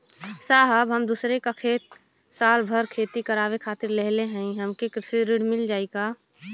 साहब हम दूसरे क खेत साल भर खेती करावे खातिर लेहले हई हमके कृषि ऋण मिल जाई का?